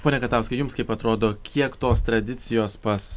pone katauskai jums kaip atrodo kiek tos tradicijos pas